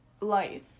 life